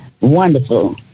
wonderful